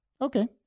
Okay